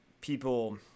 people –